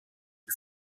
die